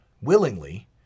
willingly